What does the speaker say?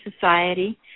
society